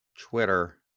twitter